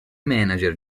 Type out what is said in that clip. manager